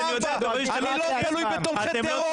אני לא תלוי בתומכי טרור.